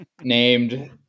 named